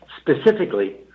specifically